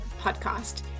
podcast